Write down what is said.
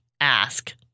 ask